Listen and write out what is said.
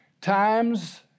times